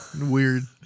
weird